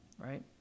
right